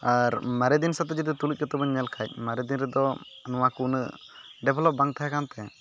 ᱟᱨ ᱢᱟᱨᱮ ᱫᱤᱱ ᱥᱟᱛᱮ ᱡᱩᱫᱤ ᱛᱩᱞᱩᱡ ᱠᱟᱛᱮᱫ ᱵᱚᱱ ᱧᱮᱞ ᱠᱷᱟᱱ ᱢᱟᱨᱮ ᱫᱤᱱ ᱨᱮᱫᱚ ᱱᱚᱣᱟ ᱠᱚ ᱩᱱᱟᱹᱜ ᱰᱮᱵᱷᱞᱚᱯ ᱵᱟᱝ ᱛᱟᱦᱮᱸᱠᱟᱱ ᱛᱟᱦᱮᱸᱫ